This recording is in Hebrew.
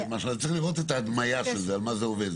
צריך לראות את ההדמיה של זה, על מה זה עובד.